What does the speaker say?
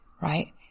right